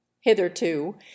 hitherto